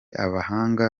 abahanga